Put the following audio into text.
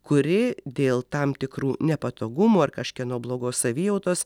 kuri dėl tam tikrų nepatogumų ar kažkieno blogos savijautos